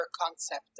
concept